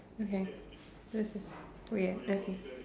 okay this is weird okay